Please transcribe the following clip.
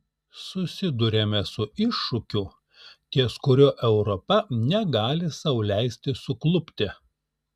susiduriame su iššūkiu ties kuriuo europa negali sau leisti suklupti